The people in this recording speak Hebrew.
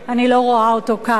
אני לא רואה אותו כאן.